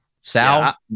Sal